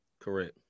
Correct